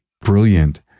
brilliant